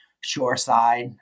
shoreside